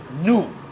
new